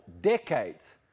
decades